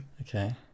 Okay